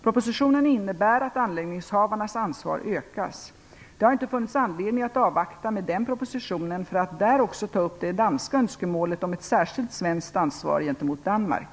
Propositionen innebär att anläggningshavarnas ansvar ökas. Det har inte funnits anledning att avvakta med den propositionen för att där också ta upp det danska önskemålet om ett särskilt svenskt ansvar gentemot Danmark.